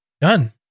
done